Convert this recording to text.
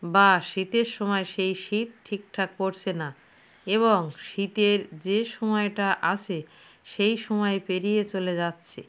বা শীতের সময় সেই শীত ঠিকঠাক পড়ছে না এবং শীতের যে সময়টা আসে সেই সময় পেরিয়ে চলে যাচ্ছে